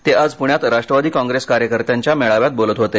ते आज पुण्यात राष्ट्रवादी कॉंग्रेस कार्यकर्त्यांच्या मेळाव्यात बोलत होते